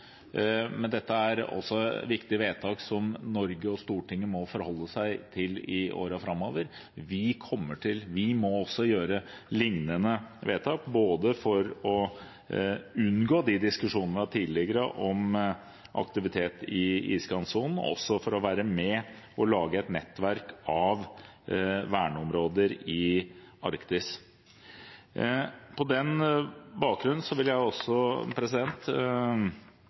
men det er også viktige vedtak som Norge og Stortinget må forholde seg til i årene framover. Vi må også gjøre lignende vedtak, både for å unngå de tidligere diskusjonene om aktivitet i iskantsonen og for å være med og lage et nettverk av verneområder i Arktis. På den bakgrunn vil